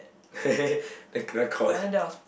then kena con